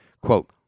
quote